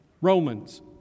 Romans